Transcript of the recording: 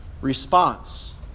response